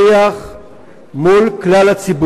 שרובם הגדול עובדים חשופים בצריח מול כלל הציבור.